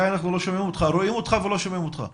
לצערי לא שומעים, אולי